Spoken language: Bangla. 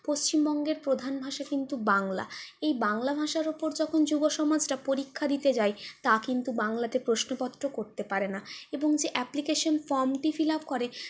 পশ্চিমবঙ্গের প্রধান ভাষা কিন্তু বাংলা এই বাংলা ভাষার উপর যখন যুবসমাজরা পরীক্ষা দিতে যায় তা কিন্তু বাংলাতে প্রশ্নপত্র করতে পারে না এবং যে অ্যাপলিকেশন ফর্মটি ফিল আপ করে